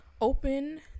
open